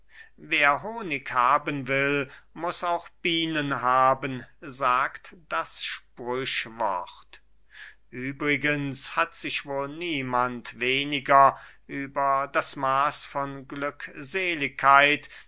wer honig haben will muß auch bienen haben sagt das sprichwort übrigens hat sich wohl niemand weniger über das maß von